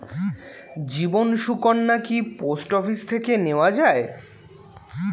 জীবন সুকন্যা কি post office থেকে নেওয়া যায়?